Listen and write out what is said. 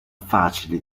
facile